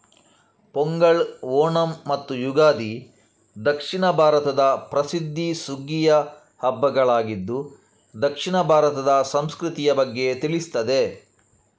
ಪೊಂಗಲ್, ಓಣಂ ಮತ್ತು ಯುಗಾದಿ ದಕ್ಷಿಣ ಭಾರತದ ಪ್ರಸಿದ್ಧ ಸುಗ್ಗಿಯ ಹಬ್ಬಗಳಾಗಿದ್ದು ದಕ್ಷಿಣ ಭಾರತದ ಸಂಸ್ಕೃತಿಯ ಬಗ್ಗೆ ತಿಳಿಸ್ತದೆ